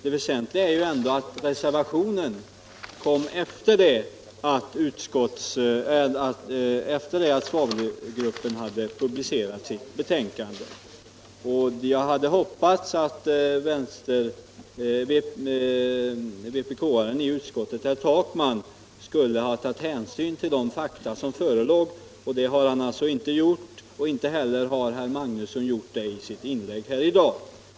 Det väsentliga är ändå att reservationen kom efter det att svavelgruppen hade publicerat sitt betänkande. Jag hade hoppats att vpk-aren i utskottet, herr Takman, skulle ha tagit hänsyn till de fakta som förelåg. Det har han alltså inte gjort och inte heller har herr Magnusson i Kristinehamn gjort det i sitt inlägg i dag.